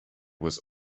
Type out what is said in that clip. was